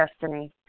destiny